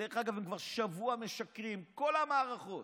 דרך אגב, הם כבר שבוע משקרים בכל המערכות